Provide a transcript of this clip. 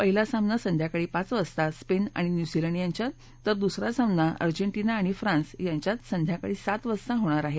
पहिला सामना संध्याकाळी पाच वाजता स्पेन आणि न्यूझीलंडमधे तर दुसरा सामना अजेंटिना आणि फ्रान्समधे संध्याकाळी सात वाजता होणार आहे